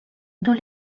dans